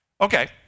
Okay